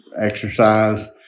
exercise